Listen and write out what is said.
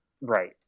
Right